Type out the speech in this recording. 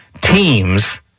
teams